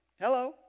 Hello